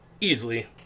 Easily